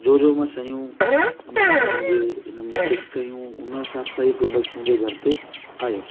जो जो मां शयूं उन में उन्हनि जे इन में फिट कयूं उन हिसाब सां ई प्रॉडक्ट मुंहिंजे घर ते आयो